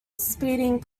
speeding